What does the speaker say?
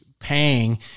paying